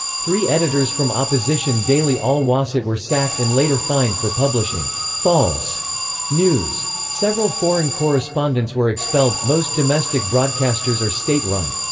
three editors from opposition daily al-wasat were sacked and later fined for publishing false news. several foreign correspondents were expelled most domestic broadcasters are state-run.